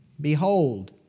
Behold